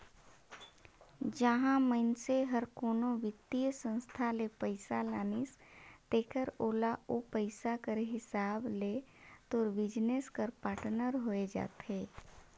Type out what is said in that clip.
जहां मइनसे हर कोनो बित्तीय संस्था ले पइसा लानिस तेकर ओला ओ पइसा कर हिसाब ले तोर बिजनेस कर पाटनर होए जाथे